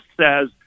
says